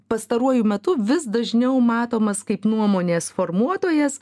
pastaruoju metu vis dažniau matomas kaip nuomonės formuotojas